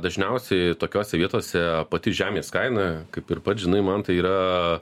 dažniausiai tokiose vietose pati žemės kaina kaip ir pats žinai mantai yra